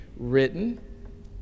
written